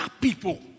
people